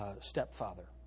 stepfather